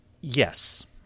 Yes